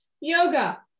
yoga